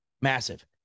Massive